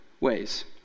ways